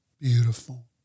beautiful